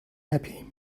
happy